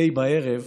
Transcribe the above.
אי בערב,